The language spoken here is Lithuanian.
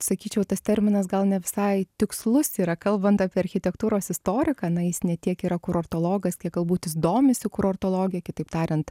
sakyčiau tas terminas gal ne visai tikslus yra kalbant apie architektūros istoriką na jis ne tiek yra kurortologas kiek galbūt jis domisi kurortologija kitaip tariant